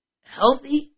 healthy